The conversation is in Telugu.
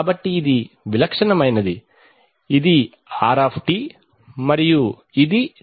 కాబట్టి ఇది విలక్షణమైనది ఇది r మరియు ఇది t